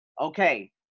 Okay